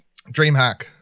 DreamHack